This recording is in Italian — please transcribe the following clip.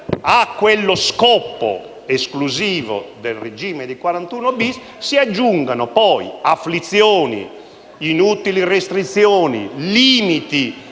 a quello scopo esclusivo del regime di 41-*bis*, si aggiungano poi afflizioni, inutili restrizioni, limiti